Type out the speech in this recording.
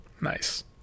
nice